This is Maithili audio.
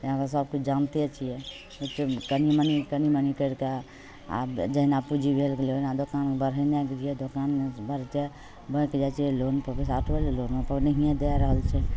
सबकिछु जानिते छिए लेकिन कनि मनि कनि मनि करिके जहिना पूँजी भेल गेलै ओहिना दोकान बढ़ेने गेलिए दोकान बढ़ि जाए बैँक जाए छिए लोनपर पइसा उठबै ले लोनोपर नहिए दै रहल छै